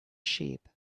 sheep